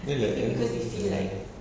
then like err